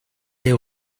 est